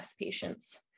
patients